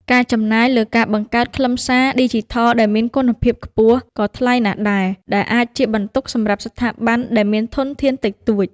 ការចំណាយលើការបង្កើតខ្លឹមសារ ឌីជីថលដែលមានគុណភាពខ្ពស់ក៏ថ្លៃណាស់ដែរ ដែលអាចជាបន្ទុកសម្រាប់ស្ថាប័នដែលមានធនធានតិចតួច។